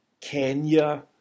Kenya